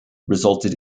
resulted